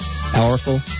Powerful